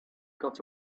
got